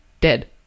dead